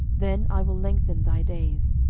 then i will lengthen thy days.